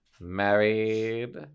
married